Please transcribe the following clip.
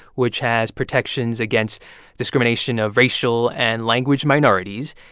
which has protections against discrimination of racial and language minorities.